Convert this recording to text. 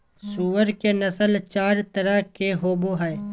सूअर के नस्ल चार तरह के होवो हइ